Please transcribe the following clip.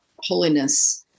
holiness